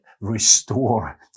Restore